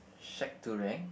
shed tool